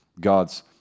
God's